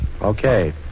Okay